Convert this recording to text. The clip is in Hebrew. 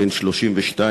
בן 32,